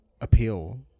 appeal